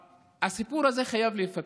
הסיפור הזה חייב להיפתר,